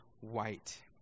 white